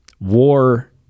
War